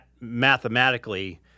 mathematically